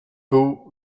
był